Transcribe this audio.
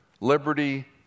liberty